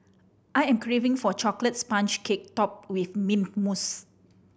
I am craving for a chocolate sponge cake topped with mint mousse